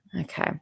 Okay